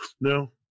No